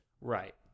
Right